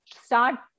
Start